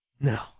No